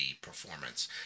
performance